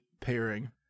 pairing